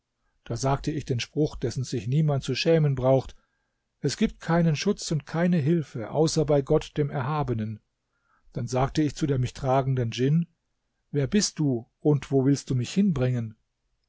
da sagte ich den spruch dessen sich niemand zu schämen braucht es gibt keinen schutz und keine hilfe außer bei gott dem erhabenen dann sagte ich zu der mich tragenden djinn wer bist du und wo willst du mich hinbringen